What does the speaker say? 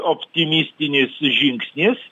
optimistinis žingsnis